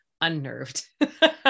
unnerved